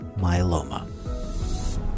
myeloma